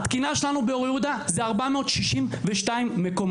התקינה שלנו באור יהודה היא 462 מקומות.